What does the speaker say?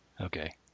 Okay